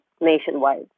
nationwide